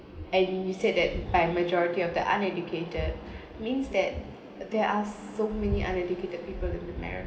and he said that by majority of the uneducated means that there are so many uneducated people